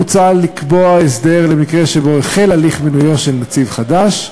מוצע לקבוע הסדר למקרה שבו החל מינויו של נציב חדש,